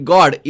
God